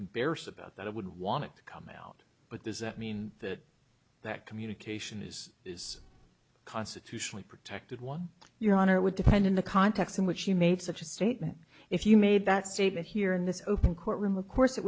embarrassed about that i would want it to come out but does that mean that that communication is is constitutionally protected one your honor it would depend in the context in which you made such a statement if you made that statement here in this open courtroom of course it